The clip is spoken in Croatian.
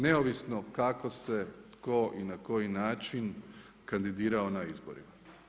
Neovisno kako se tko i na koji način kandidirao na izborima.